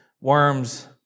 Worms